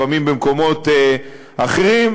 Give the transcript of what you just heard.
לפעמים במקומות אחרים,